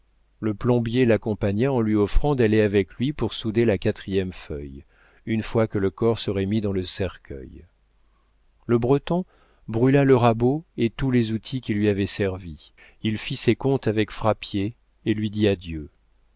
le plombier l'accompagna en lui offrant d'aller avec lui pour souder la quatrième feuille une fois que le corps serait mis dans le cercueil le breton brûla le rabot et tous les outils qui lui avaient servi il fit ses comptes avec frappier et lui dit adieu